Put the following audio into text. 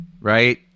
right